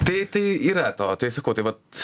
tai tai yra to tai sakau tai vat